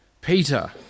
Peter